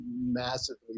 massively